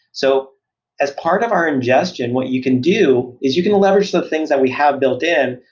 so as part of our ingestion, what you can do is you can leverage some things that we have built in,